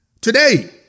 today